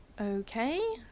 Okay